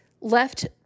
left